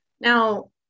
Now